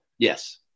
Yes